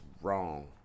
wrong